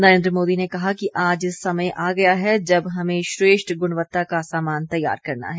नरेंद्र मोदी ने कहा कि आज समय आ गया है जब हमें श्रेष्ठ गुणवत्ता का सामान तैयार करना है